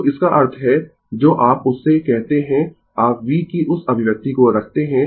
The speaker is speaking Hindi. तो इसका अर्थ है जो आप उसे कहते है आप v की उस अभिव्यक्ति को रखते है